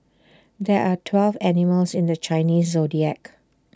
there are twelve animals in the Chinese Zodiac